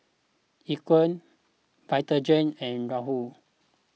Equal Vitagen and Raoul